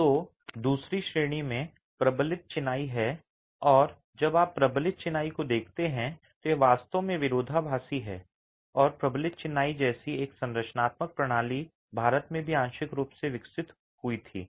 तो दूसरी श्रेणी में प्रबलित चिनाई है और जब आप प्रबलित चिनाई को देखते हैं तो यह वास्तव में विरोधाभासी है कि प्रबलित चिनाई जैसी एक संरचनात्मक प्रणाली भारत में भी आंशिक रूप से विकसित हुई थी